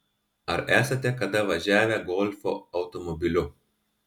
ar esate kada važiavę golfo automobiliu